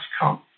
come